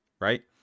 right